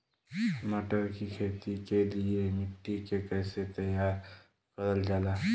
मटर की खेती के लिए मिट्टी के कैसे तैयार करल जाला?